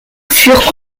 furent